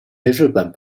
日本